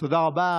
תודה רבה.